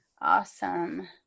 awesome